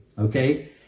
Okay